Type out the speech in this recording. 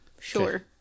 Sure